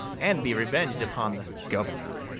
and be reveng'd upon the governor.